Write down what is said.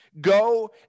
Go